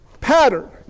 Pattern